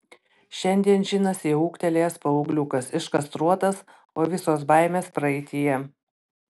šiandien džinas jau ūgtelėjęs paaugliukas iškastruotas o visos baimės praeityje